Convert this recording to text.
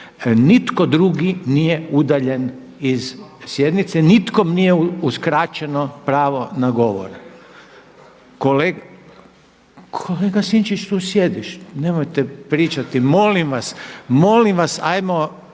Nitko drugi nije udaljen iz sjednice, nikome nije uskraćeno pravo na govor. Kolega Sinčić tu sjedi, nemojte pričati. Molim vas ajmo